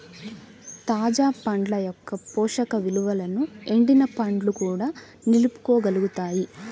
తాజా పండ్ల యొక్క పోషక విలువలను ఎండిన పండ్లు కూడా నిలుపుకోగలుగుతాయి